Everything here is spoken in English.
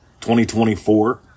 2024